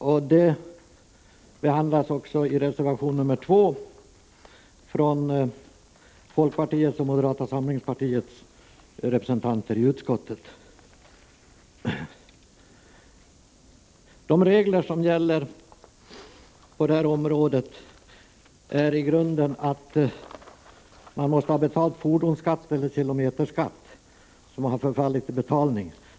Den frågan behandlas också i reservation 2 från folkpartiets och moderata samlingspartiets representanter i utskottet. De regler som gäller på detta område är i grunden att man för att få bruka ett fordon måste ha betalt fordonsskatt eller kilometerskatt som har förfallit till betalning.